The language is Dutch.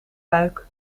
buik